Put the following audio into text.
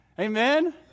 Amen